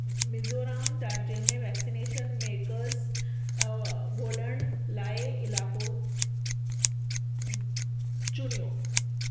मिज़ोरम राज्य में वैक्सनेशन मर्कज़ ॻोल्हण लाइ इलाइक़ो चूंॾियो